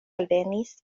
alvenis